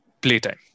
playtime